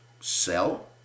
Sell